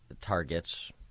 targets